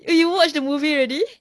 you watch the movie already